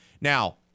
Now